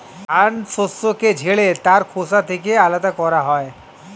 ধান শস্যকে ঝেড়ে তার খোসা থেকে আলাদা করা হয়